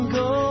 go